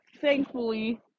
thankfully